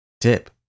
tip